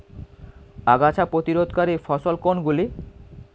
আগাছা প্রতিরোধকারী ফসল কোনগুলি?